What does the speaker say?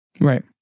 Right